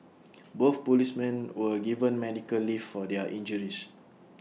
both policemen were given medical leave for their injuries